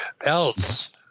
Else